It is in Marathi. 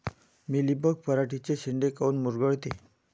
मिलीबग पराटीचे चे शेंडे काऊन मुरगळते?